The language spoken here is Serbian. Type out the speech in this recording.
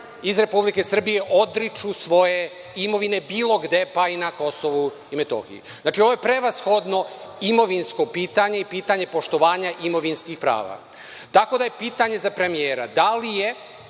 iz Republike Srbije odriču svoje imovine bilo gde, pa i na Kosovu i Metohiji. Znači, ovo je prevashodno imovinsko pitanje i pitanje poštovanja imovinskih prava. Tako da, pitanje je za premijera – da li je